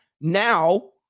now